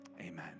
amen